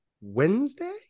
Wednesday